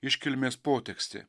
iškilmės potekstė